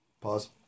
Pause